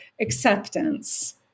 acceptance